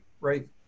right